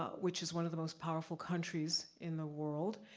ah which is one of the most powerful countries in the world,